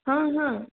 हाँ हाँ